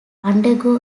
undergo